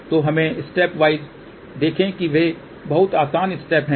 तो हमें stepwise देखें कि वे बहुत समान स्टेप हैं